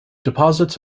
deposits